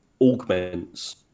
augments